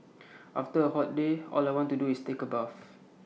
after A hot day all I want to do is take A bath